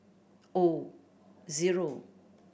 O zero